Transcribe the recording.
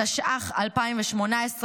התשע"ח 2018,